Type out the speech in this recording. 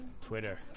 Twitter